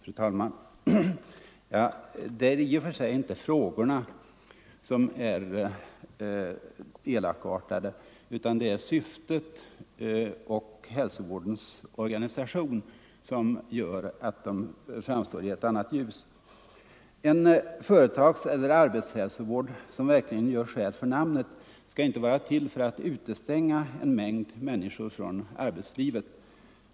Fru talman! Det är i och för sig inte frågorna som är elakartade, utan det är syftet med denna typ av undersökning och det sammanhang de förekommer i som gör att frågorna framstår i ett sådant ljus. En företagseller arbetshälsovård som verkligen gör skäl för namnet skall inte vara till för att utestänga en mängd människor från arbetslivet.